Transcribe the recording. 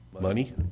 money